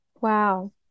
Wow